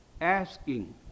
asking